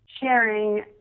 sharing